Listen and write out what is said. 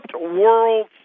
world